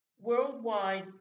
Worldwide